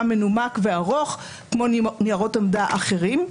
מנומק וארוך כמו ניירות עמדה אחרים.